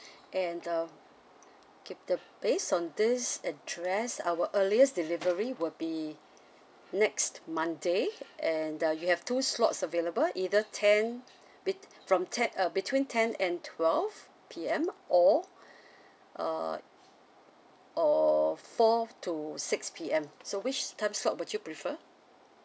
and uh okay the based on this address our earliest delivery will be next monday and the you have two slots available either ten bet~ from ten uh between ten and twelve P_M or uh or four to six P_M so which time slot would you prefer